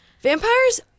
vampires